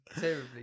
terribly